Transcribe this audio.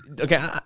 okay